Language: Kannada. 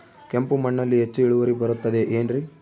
ಕೆಂಪು ಮಣ್ಣಲ್ಲಿ ಹೆಚ್ಚು ಇಳುವರಿ ಬರುತ್ತದೆ ಏನ್ರಿ?